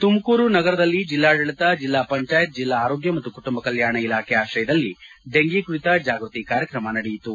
ತುಮಕೂರು ನಗರದಲ್ಲಿ ಜಿಲ್ಲಾಡಳಿತ ಜಿಲ್ಲಾ ಪಂಚಾಯತ್ ಜಿಲ್ಲಾ ಆರೋಗ್ಯ ಮತ್ತು ಕುಟುಂಬ ಕಲ್ಕಾಣ ಇಲಾಖೆ ಆಶ್ರಯದಲ್ಲಿ ಡೆಂಘಿ ಕುರಿತ ಜಾಗೃತಿ ಕಾರ್ಯಕ್ರಮ ನಡೆಯಿತು